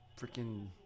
freaking